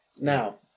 Now